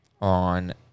on